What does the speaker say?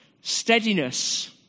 steadiness